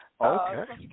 Okay